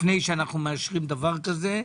לפני שאנו מאשרים דבר כזה,